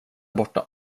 borta